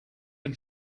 can